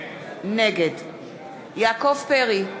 נגד יעקב פרי,